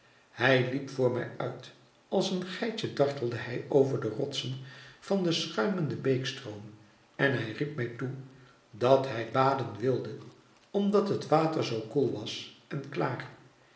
hij liep voor mij uit als een geitje dartelde hij over de rotsen van den schuimenden beekstroom en hij riep mij toe dat hij baden wilde omdat het water zoo koel was en klaar